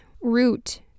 root